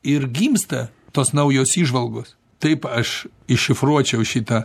ir gimsta tos naujos įžvalgos taip aš iššifruočiau šitą